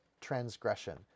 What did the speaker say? transgression